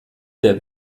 der